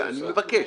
אני מבקש